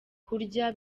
kurya